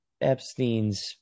Epstein's